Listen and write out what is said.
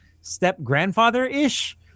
step-grandfather-ish